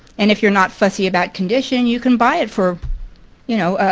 and if you're not fussy about condition, you can buy it for you know,